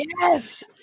yes